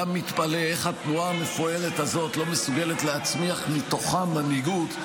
גם מתפלא איך התנועה המפוארת הזאת לא מסוגלת להצמיח מתוכה מנהיגות,